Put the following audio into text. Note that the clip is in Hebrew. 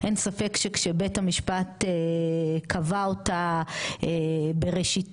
אין ספק שבית המשפט קבע אותה בראשית,